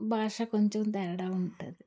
భాష కొంచెం తేడా ఉంటుంది